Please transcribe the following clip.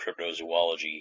cryptozoology